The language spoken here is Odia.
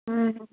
ହଁ ହଁ